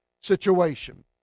situation